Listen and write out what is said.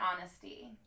honesty